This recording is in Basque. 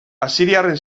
asiriarren